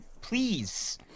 Please